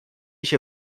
się